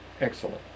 Excellent